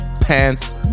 pants